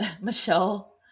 Michelle